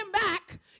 back